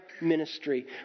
ministry